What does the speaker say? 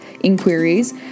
inquiries